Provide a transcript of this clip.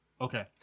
Okay